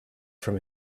from